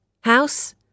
House